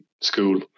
school